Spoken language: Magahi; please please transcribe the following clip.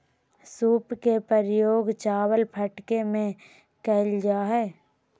सूप के प्रयोग चावल फटके में करल जा हइ